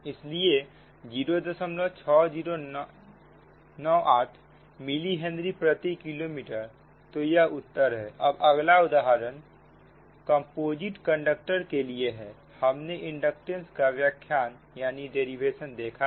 इसलिए 06098 millihenry प्रति kilometre तो यह उत्तर है अब अगला उदाहरण कम्पोजिट कंडक्टर के लिए है हमने इंडक्टेंस का व्याख्यान देखा है